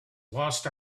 lost